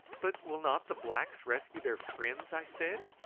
but will not the blacks rescue their friends? i said.